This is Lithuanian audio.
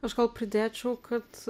aš gal pridėčiau kad